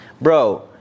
bro